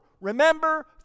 Remember